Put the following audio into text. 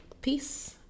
Peace